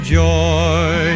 joy